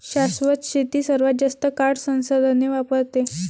शाश्वत शेती सर्वात जास्त काळ संसाधने वापरते